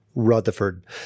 Rutherford